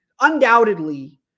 undoubtedly